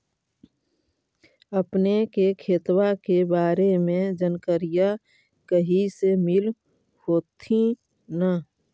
अपने के खेतबा के बारे मे जनकरीया कही से मिल होथिं न?